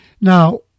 Now